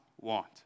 want